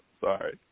Sorry